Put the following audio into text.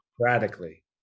radically